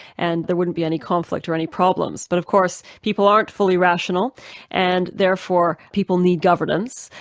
and there wouldn't be any conflict or any problems. but of course, people aren't fully rational and therefore people need governance,